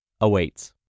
awaits